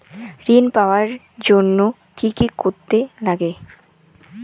ঋণ পাওয়ার জন্য কি কি করতে লাগে?